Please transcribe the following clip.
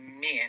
men